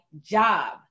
job